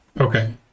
Okay